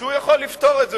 כשהוא יכול לפתור את זה.